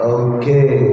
okay